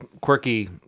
quirky